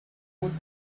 would